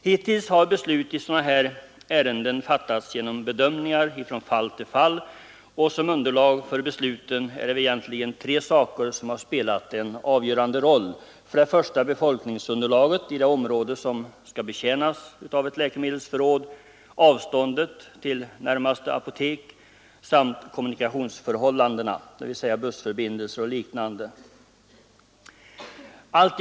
Hittills har beslut i sådana här ärenden fattats genom bedömningar från fall till fall, och som underlag för besluten är det tre saker som spelat en avgörande roll, nämligen för det första befolkningsunderlaget i det område som skall betjänas av ett läkemedelsförråd, för det andra avståndet till närmaste apotek och för det tredje kommunikationsförhållandena, dvs. bussförbindelser och liknande.